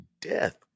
death